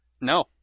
No